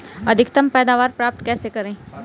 अधिकतम पैदावार प्राप्त कैसे करें?